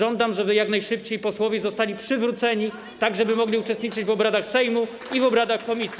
Żądam, żeby jak najszybciej posłowie zostali przywróceni, tak żeby mogli uczestniczyć w obradach Sejmu i w obradach komisji.